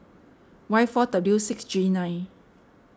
Y four W six G nine